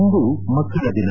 ಇಂದು ಮಕ್ಕಳ ದಿನ